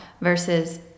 versus